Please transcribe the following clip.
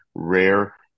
rare